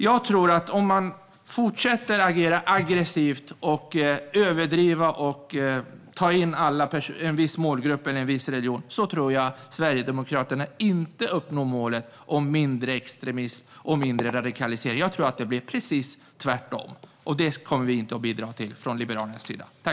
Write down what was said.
Jag tror inte att Sverigedemokraterna uppnår målet om mindre extremism och mindre radikalisering om man fortsätter att agera aggressivt, överdriva och ta in en viss målgrupp eller en viss religion. Jag tror att det blir precis tvärtom, och det kommer vi inte att bidra till från Liberalernas sida.